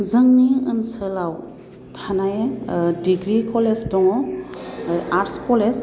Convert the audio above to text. जोंनि ओनसोलाव थानाय डिग्रि कलेज दङ आर्टस कलेज